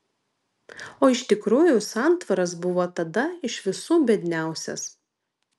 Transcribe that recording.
o iš tikrųjų santvaras buvo tada iš visų biedniausias